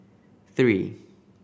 three